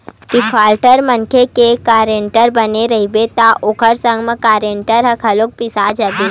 defaulter मनखे के guarantor बने रहिबे त ओखर संग म गारंटर ह घलो पिसा जाथे